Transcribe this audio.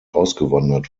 ausgewandert